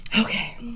okay